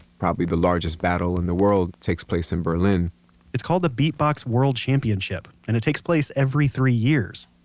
probably the largest battle in the world, it takes place in berlin it's called the beatbox world championship and it takes place every three years.